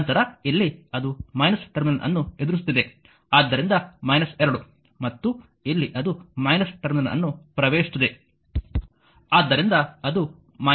ನಂತರ ಇಲ್ಲಿ ಅದು ಟರ್ಮಿನಲ್ ಅನ್ನು ಎದುರಿಸುತ್ತಿದೆ ಆದ್ದರಿಂದ 2 ಮತ್ತು ಇಲ್ಲಿ ಅದು ಟರ್ಮಿನಲ್ ಅನ್ನು ಪ್ರವೇಶಿಸುತ್ತಿದೆ